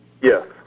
Yes